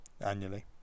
annually